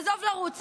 עזוב לרוץ,